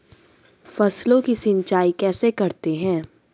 फसलों की सिंचाई कैसे करते हैं?